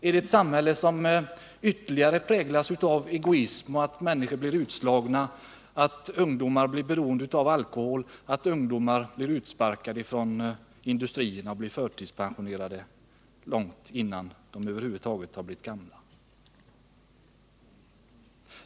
Är det ett samhälle som ytterligare präglas av egoism, att ungdomar blir utslagna, att människor blir beroende av alkohol, att människor blir utsparkade från industrierna och blir förtidspensionerade långt innan de över huvud taget har blivit gamla?